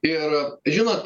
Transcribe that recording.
ir žinot